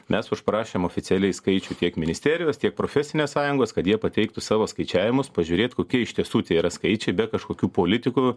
mes užprašėm oficialiai skaičių tiek ministerijos tiek profesinės sąjungos kad jie pateiktų savo skaičiavimus pažiūrėt kokie iš tiesų tie yra skaičiai be kažkokių politikų